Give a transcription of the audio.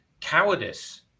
cowardice